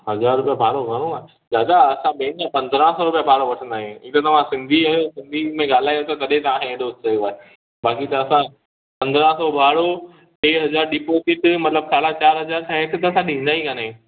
हज़ार रुपिया भाड़ो घणो आहे दादा असां ॿियनि खां पंद्राहं सौ रुपिया भाड़ो वठंदा आहियूं हीअ त तव्हां सिंधी आहियो सिंधी में ॻाल्हायो था तॾहिं तव्हांखे एॾो कयो आहे बाक़ी त असां पंद्राहं सौ भाड़ो टे हज़ार डिपोज़िट मतिलब साढा चारि हज़ार हिनसां हेठ त असां ॾींदा ई कोन्ह आहियूं